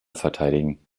verteidigen